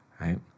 right